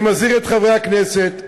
אני מזהיר את חברי הכנסת,